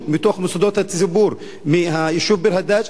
בתוך מוסדות הציבור ביישוב ביר-הדאג',